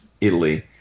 Italy